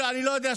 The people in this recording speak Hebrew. לא יודע,